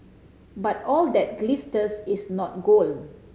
but all that glisters is not gold